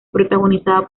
protagonizada